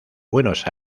buenos